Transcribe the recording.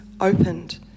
opened